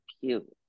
cute